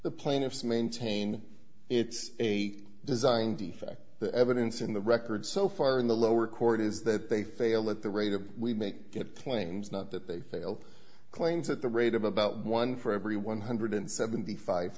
the plaintiffs maintain it's a design defect the evidence in the record so far in the lower court is that they fail at the rate of we make it claims not that they failed claims at the rate of about one for every one hundred and seventy five